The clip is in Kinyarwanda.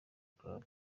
club